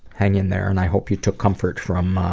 hang in there, and i hope you took comfort from